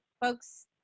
folks